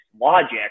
logic